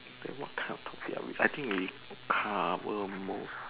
then what kind of topic ah we I think we cover most